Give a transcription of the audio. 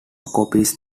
copies